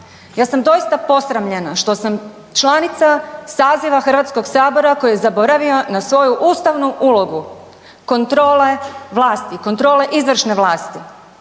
Ja sam doista posramljena što sam članica saziva HS koji je zaboravio na svoju ustavnu ulogu, kontrole vlasti, kontrole izvršne vlasti.